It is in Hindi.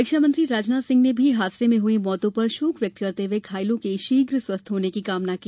रक्षामंत्री राजनाथ सिंह ने भी हादसे में हुई मौतों पर शोक व्यषक्त करते हुए घायलों के शीघ्र स्वस्थ होने की कामना की